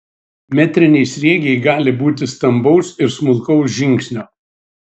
metriniai sriegiai gali būti stambaus ir smulkaus žingsnio